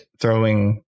throwing